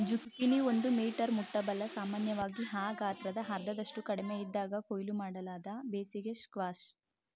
zucchini ಒಂದು metre ಮುಟ್ಟಬಲ್ಲ ಸಾಮಾನ್ಯವಾಗಿ ಆ ಗಾತ್ರದ ಅರ್ಧದಷ್ಟು ಕಡಿಮೆಯಿದ್ದಾಗ ಕೊಯ್ಲು ಮಾಡಲಾದ ಬೇಸಿಗೆ ಸ್ಕ್ವಾಷ್